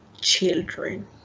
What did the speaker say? Children